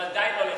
בוודאי לא לך.